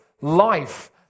life